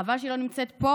חבל שהיא לא נמצאת פה.